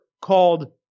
Called